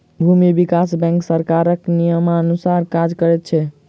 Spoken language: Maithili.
भूमि विकास बैंक सरकारक नियमानुसार काज करैत छै